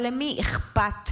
אבל למי אכפת?